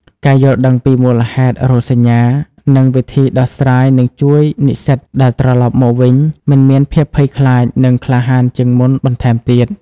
ការយល់ដឹងពីមូលហេតុ រោគសញ្ញា និងវិធីដោះស្រាយនឹងជួយនិស្សិតដែលត្រឡប់មកវិញមិនមានភាពភ័យខ្លាច និងក្លាហានជាងមុនបន្ថែមទៀត។